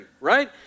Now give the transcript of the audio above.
right